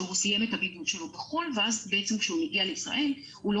שהוא סיים את הבידוד שלו בחו"ל ואז כשהוא מגיע לישראל הוא לא